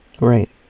right